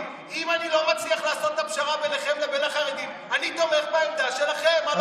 אנחנו תומכים בעמדה שלכם.